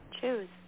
choose